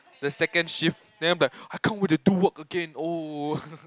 the second shift then I'll be like I can't wait to do work again oh